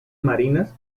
marinas